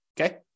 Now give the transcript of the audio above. okay